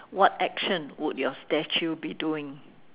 what action would your statue be doing